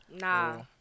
Nah